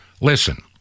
Listen